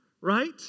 right